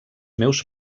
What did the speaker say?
meus